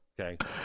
Okay